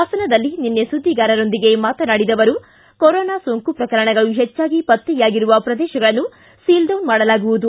ಹಾಸನದಲ್ಲಿ ನಿನ್ನೆ ಸುದ್ದಿಗಾರರೊಂದಿಗೆ ಮಾತನಾಡಿದ ಅವರು ಕೊರೊನಾ ಸೋಂಕು ಪ್ರಕರಣಗಳು ಹೆಚ್ಚಾಗಿ ಪತ್ತೆಯಾಗಿರುವ ಪ್ರದೇಶಗಳನ್ನು ಸೀಲ್ಡೌನ್ ಮಾಡಲಾಗುವುದು